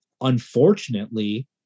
unfortunately